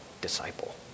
disciple